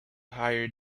higher